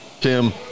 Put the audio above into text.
Tim